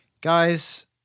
Guys